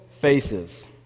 faces